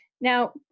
Now